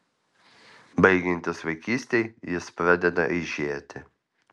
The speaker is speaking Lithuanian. baigiantis vaikystei jis pradeda aižėti